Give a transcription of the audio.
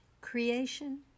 Creation